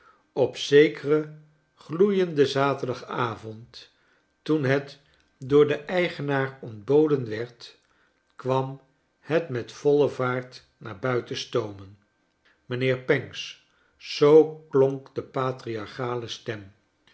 op zekeren gloeienden zaterdagavond toeu het door den eigenaar ontboden werd kwam het met voile vaart naar buiten stoomen mijnheer pancks zoo klonk de patriarchale stem